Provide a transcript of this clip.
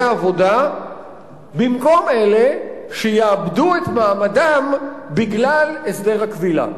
עבודה במקום אלה שיאבדו את מעמדם בגלל הסדר הכבילה.